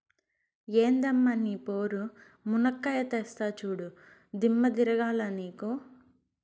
ఎందమ్మ నీ పోరు, మునక్కాయా తెస్తా చూడు, దిమ్మ తిరగాల నీకు